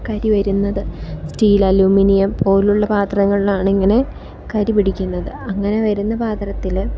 കരി വരുന്നത് steel aluminium പോലുള്ള പാത്രങ്ങളിലാണിങ്ങനെ കരി പിടിക്കുന്നത് അങ്ങനെ വരുന്ന പാത്രത്തിൽ